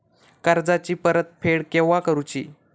कर्जाची परत फेड केव्हा करुची?